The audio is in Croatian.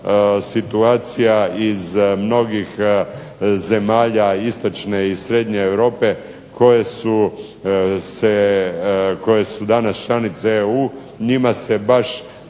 situacija iz mnogih zemalja istočne i srednje Europe koje su danas članice EU. Njima se baš